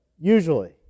Usually